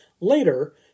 Later